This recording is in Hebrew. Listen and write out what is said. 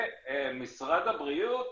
ומשרד הבריאות